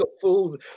fools